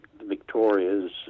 Victoria's